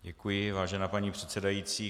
Děkuji, vážená paní předsedající.